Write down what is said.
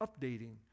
updating